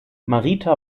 marita